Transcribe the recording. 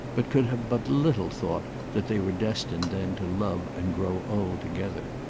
but could have but little thought that they were destined then to love and grow old together.